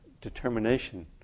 determination